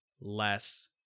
less